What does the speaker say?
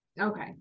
Okay